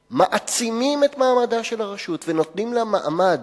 ומעצימים את מעמדה של הרשות ונותנים לה מעמד,